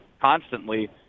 constantly